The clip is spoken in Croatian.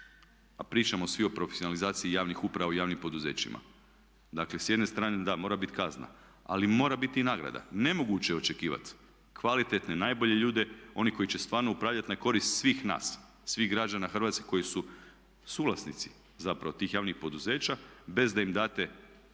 a pričamo svi o profesionalizaciji javnih uprava u javnim poduzećima. Dakle s jedne strane da, mora biti kazna ali mora biti i nagrada. Nemoguće je očekivati kvalitetne najbolje ljude, one koji će stvarno upravljati na korist svih nas, svih građana hrvatske koji su suvlasnici zapravo tih javnih poduzeća bez da im date korektne